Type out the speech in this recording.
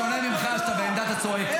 -- בשונה ממך, שאתה בעמדת הצועק.